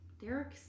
Derek